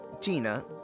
Tina